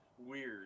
Weird